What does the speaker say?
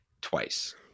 twice